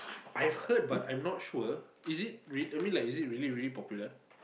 I've heard but I'm not sure is it re I mean like is it really really popular